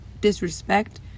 disrespect